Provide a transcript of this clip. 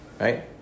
Right